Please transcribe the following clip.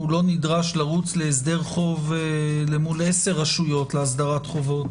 הוא לא נדרש לרוץ להסדר חוב למול עשר רשויות להסדרת חובות